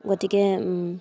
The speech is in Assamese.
গতিকে